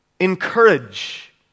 Encourage